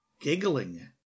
giggling